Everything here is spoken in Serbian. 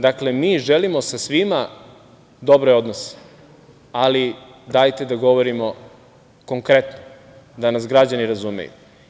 Dakle, mi želimo sa svima dobre odnose ali dajte da govorimo konkretno, da nas građani razumeju.